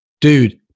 Dude